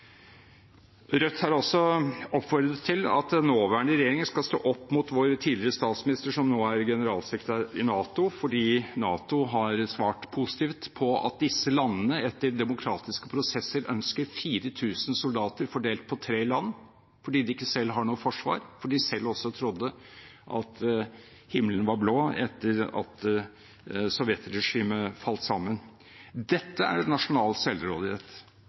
Rødt har også oppfordret til at den nåværende regjeringen skal stå opp mot vår tidligere statsminister, som nå er generalsekretær i NATO, fordi NATO har svart positivt på at disse landene, etter demokratiske prosesser, ønsker 4 000 soldater fordelt på tre land, fordi de ikke selv har noe forsvar, fordi de selv også trodde at himmelen var blå etter at Sovjetregimet falt sammen. Dette er nasjonal